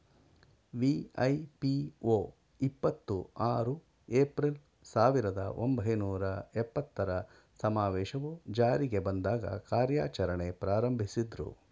ವಿ.ಐ.ಪಿ.ಒ ಇಪ್ಪತ್ತು ಆರು ಏಪ್ರಿಲ್, ಸಾವಿರದ ಒಂಬೈನೂರ ಎಪ್ಪತ್ತರ ಸಮಾವೇಶವು ಜಾರಿಗೆ ಬಂದಾಗ ಕಾರ್ಯಾಚರಣೆ ಪ್ರಾರಂಭಿಸಿದ್ರು